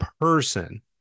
person